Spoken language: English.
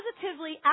positively